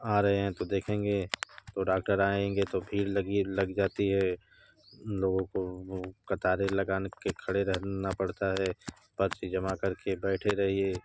आ रहे हैं तो देखेंगे तो डाक्टर आएंगे तो भीड़ लगी लग जाती है उन लोगों को वो कतारें लगाने के खड़े रहना पड़ता है पर्ची जमा कर के बैठे रहिए